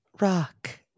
Rock